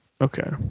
Okay